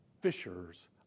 fishers